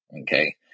okay